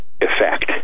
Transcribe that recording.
effect